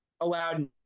allowed